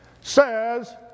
says